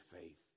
faith